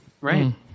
right